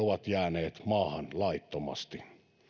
ovat jääneet maahan laittomasti